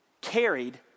Carried